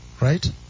Right